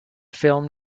film